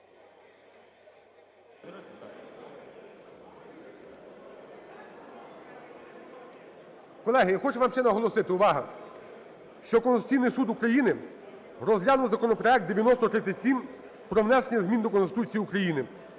Колеги, я хочу вам ще наголосити, увага, що Конституційний Суд України розглянув законопроект 9037 про внесення змін до Конституції України